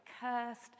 cursed